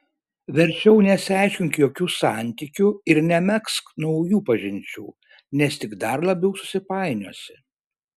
verčiau nesiaiškink jokių santykių ir nemegzk naujų pažinčių nes tik dar labiau susipainiosi